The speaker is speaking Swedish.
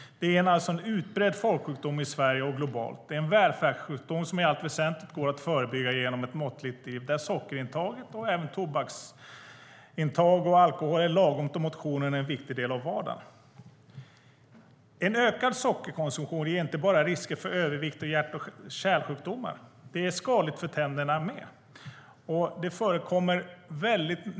Det är en utbredd folksjukdom i Sverige och globalt. Det är en välfärdssjukdom som i allt väsentligt går att förebygga genom ett måttligt liv där sockerintaget och även tobaks och alkoholintaget är lagom och motionen en viktig del av vardagen. En ökad sockerkonsumtion ger inte bara risker för övervikt och hjärt och kärlsjukdomar. Det är skadligt för tänderna också.